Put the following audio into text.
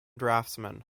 draftsman